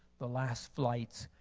the last flights,